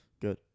Good